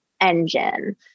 engine